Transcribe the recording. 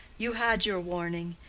you had your warning.